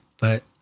But-